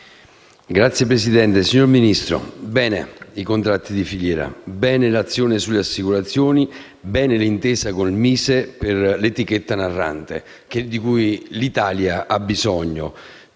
RUTA *(PD)*. Signor Ministro, bene i contratti di filiera; bene l'azione sulle assicurazioni; bene l'intesa con il MISE per l'etichetta narrante di cui l'Italia ha bisogno: